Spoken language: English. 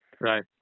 Right